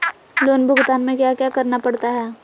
loan भुगतान में क्या क्या करना पड़ता है